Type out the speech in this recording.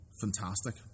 fantastic